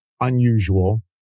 unusual